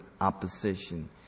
opposition